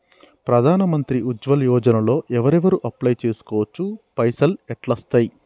ప్రధాన మంత్రి ఉజ్వల్ యోజన లో ఎవరెవరు అప్లయ్ చేస్కోవచ్చు? పైసల్ ఎట్లస్తయి?